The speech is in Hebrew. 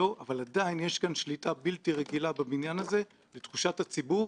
בבית הזה אבל אני ממש לא מסכים עם השורה התחתונה שלך,